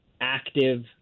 active